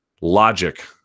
logic